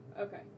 Okay